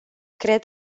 cred